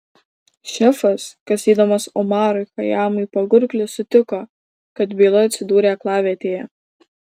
šefas kasydamas omarui chajamui pagurklį sutiko kad byla atsidūrė aklavietėje